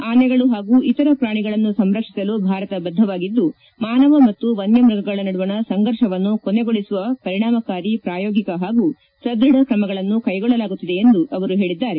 ಆನೆಗಳು ಹಾಗೂ ಇತರ ಪ್ರಾಣಿಗಳನ್ನು ಸಂರಕ್ಷಿಸಲು ಭಾರತ ಬದ್ದವಾಗಿದ್ದು ಮಾನವ ಮತ್ತು ವನ್ಯ ಮ್ಬಗಗಳ ನಡುವಣ ಸಂಘರ್ಷವನ್ನು ಕೊನೆಗೊಳಿಸುವ ಪರಿಣಾಮಕಾರಿ ಪ್ರಾಯೋಗಿಕ ಹಾಗೂ ಸದ್ಬಧ ಕ್ರಮಗಳನ್ನು ಕೈಗೊಳ್ಳಲಾಗುತ್ತಿದೆ ಎಂದು ಹೇಳಿದ್ದಾರೆ